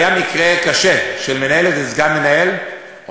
היה מקרה קשה של מנהלת וסגן מנהלת,